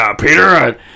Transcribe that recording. Peter